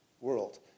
world